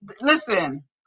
Listen